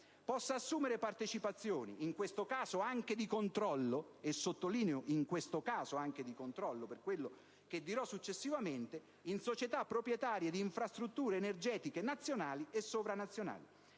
possa assumere partecipazioni, in questo caso anche di controllo - sottolineo questo passaggio per quanto dirò successivamente - in società proprietarie di infrastrutture energetiche nazionali e sovranazionali.